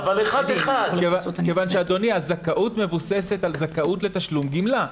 כיוון שהזכאות מבוססת על זכאות לתשלום גמלה.